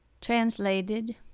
translated